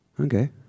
okay